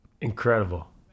Incredible